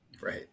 right